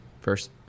First